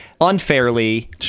unfairly